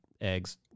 eggs